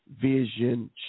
Vision